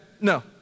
No